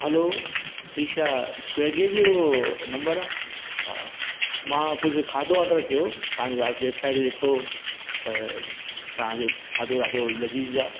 हलो ही छा स्विगी जो नंबर आहे हा मां कुझु खाधो ऑडर कयो तव्हां जो वेब वेबसाइड ॾिठो त तव्हां जो खाधो ॾाढो लजीज़ आहे